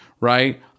right